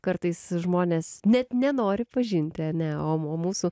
kartais žmonės net nenori pažinti ar ne o mūsų